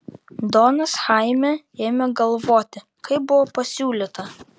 donas chaime ėmė galvoti kaip buvo pasiūlyta